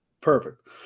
Perfect